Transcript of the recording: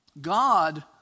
God